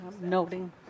noting